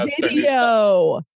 video